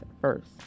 first